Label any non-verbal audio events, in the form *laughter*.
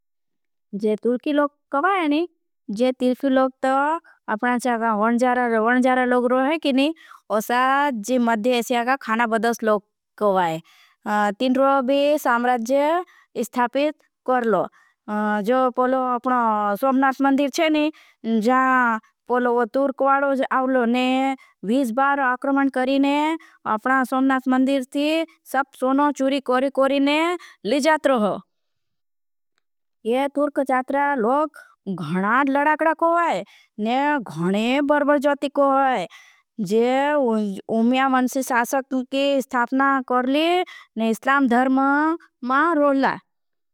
जे तुर्की लोग करवा है नी जे तिर्फी लोग तो अपना चागा वन जारा। लोग रो है की नी उससाद जी मद्धी एसियागा खाना बदश लोग करवा। है तिर्फी सामराज्जे इस्थापित करलो जो पोलो। *hesitation* अपना सोमनास मंदीर चे नी *hesitation* जा पोलो तुर्क। वाड़ो जे आवलो ने बार अक्रमन करीने अपना सोमनास मंदीर। ती सब सोनो चूरी कोरी कोरीने लिजातरो हो ये तुर्क जातरा लोग। घणाद लड़ाकड़ा को है ने घणे बरबर जोती को है जे उम्यावनसी। सासकतु के इस्थापना करली, ने इस्लाम धर्म मा रोल ला है।